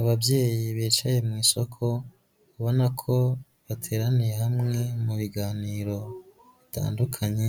Ababyeyi bicaye mu isoko ubona ko bateraniye hamwe, mu biganiro bitandukanye,